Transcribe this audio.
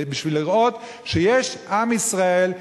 בשביל לראות שיש עם ישראל,